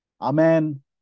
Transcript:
Amen